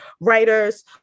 writers